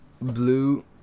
blue